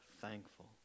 thankful